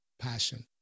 passion